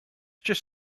just